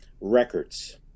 records